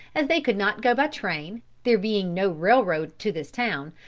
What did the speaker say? as they could not go by train, there being no railroad to this town,